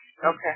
Okay